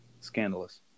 scandalous